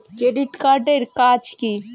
Credit card এর কাজ কি?